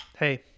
Hey